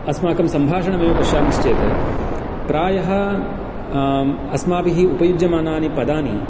अस्माकं सम्भाषणमेव पश्यामश्चेत् प्रायः अस्माभिः उपयुज्यमानानि पदानि